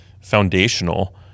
foundational